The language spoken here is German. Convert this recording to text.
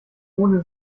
ohne